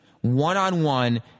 One-on-one